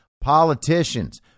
politicians